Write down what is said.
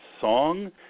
song